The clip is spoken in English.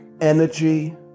energy